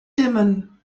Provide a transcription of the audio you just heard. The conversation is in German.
dimmen